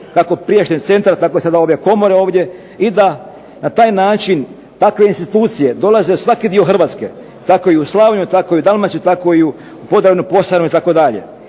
Kako prijašnji centar, tako je sada komora ovdje, i da na taj način takve institucije dolaze u svaki dio Hrvatske, tako i u Slavoniju, tako i u Dalmaciju, tako i u Podravinu, Posavinu itd.